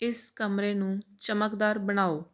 ਇਸ ਕਮਰੇ ਨੂੰ ਚਮਕਦਾਰ ਬਣਾਓ